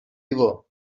river